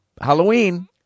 Halloween